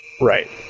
right